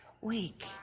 week